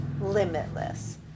limitless